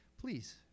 please